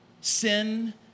sin